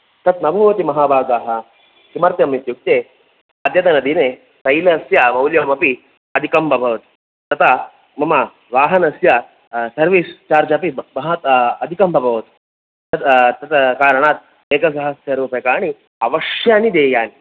तत् न भवति महाभागाः किमर्थम् इत्युक्ते अद्यतनदिने तैलस्य मौल्यमपि अधिकम् अभवत् तथा मम वाहनस्य सर्वीस् चार्ज् अपि महत् अधिकम् अभवत् तद् तद् कारणात् एकसहस्र रूप्यकाणि अवश्यानि देयानि